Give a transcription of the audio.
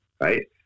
Right